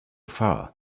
far